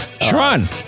sharon